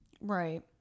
Right